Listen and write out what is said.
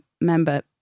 member